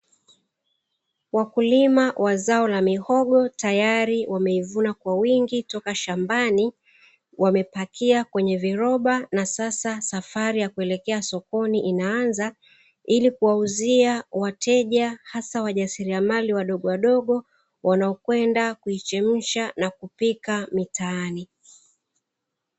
Wakulima wa zao la mihogo tayari wameivuna kwa wingi toka shambani wamepakia kwenye viroba na sasa safari ya kuelekea sokoni inaanza, ili kuwauzia wateja hasa wajasiriamali wadogo wadogo wanao kwenda kuichemsha na kupika mitaani.